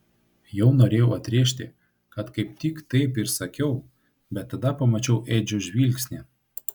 jau norėjau atrėžti kad kaip tik taip ir sakiau bet tada pamačiau edžio žvilgsnį